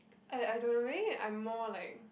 I I don't know maybe I'm more like